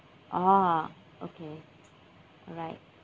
orh okay alright